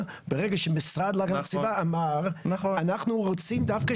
ברגע שהמשרד להגנת הסביבה אמר 'אנחנו רוצים דווקא